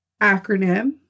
acronym